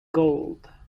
gold